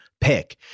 pick